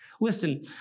listen